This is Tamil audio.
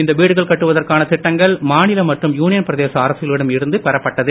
இந்த வீடுகள் கட்டுவதற்கான திட்டங்கள் மாநில மற்றும் யூனியன் பிரதேச அரசுகளிடம் இருந்து பெறப்பட்டது